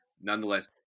nonetheless